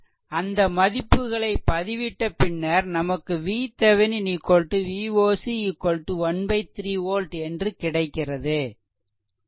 அந்த மதிப்புகளை பதிவிட்ட பின்னர் நமக்கு VThevenin Voc 13 volt என்று கிடைக்கிறது